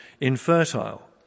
infertile